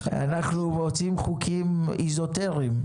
אנחנו מוצאים חוקים אזוטריים.